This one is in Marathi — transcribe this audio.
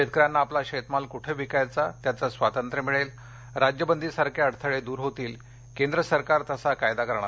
शेतकर्यांदना आपला शेतमाल कुठे विकायचा त्याचे स्वातंत्र्य मिळणार राज्यबंदी सारखे अडथळे दूर करणार केंद्र सरकार तसा कायदा करणार